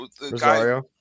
Rosario